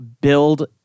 build